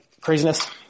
craziness